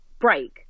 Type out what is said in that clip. break